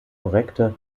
korrekte